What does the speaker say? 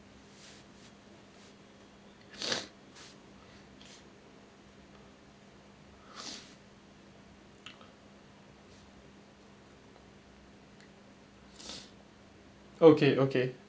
okay okay